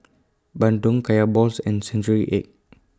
Bandung Kaya Balls and Century Egg